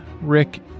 Rick